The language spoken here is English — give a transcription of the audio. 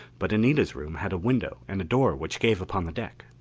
but anita's room had a window and a door which gave upon the deck.